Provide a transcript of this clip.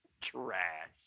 trash